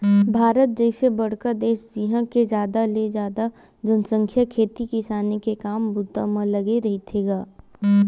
भारत जइसे बड़का देस जिहाँ के जादा ले जादा जनसंख्या खेती किसानी के काम बूता म लगे रहिथे गा